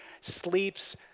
sleeps